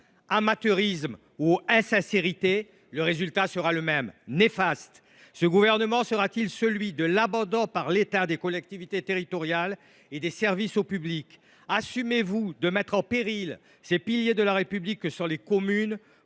Amateurisme ou insincérité ? Le résultat sera le même : néfaste. Ce gouvernement sera t il celui de l’abandon par l’État des collectivités territoriales et des services au public ? Assumez vous de mettre en péril ces piliers de la République que sont les communes